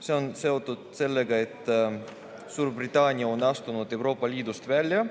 See on seotud sellega, et Suurbritannia on astunud Euroopa Liidust välja